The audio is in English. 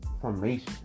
Formation